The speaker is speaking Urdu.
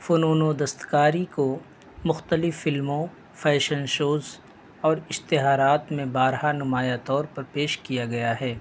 فنون و دستکاری کو مختلف فلموں فیشن شوز اور اشتہارات میں بارہا نمایاں طور پر پیش کیا گیا ہے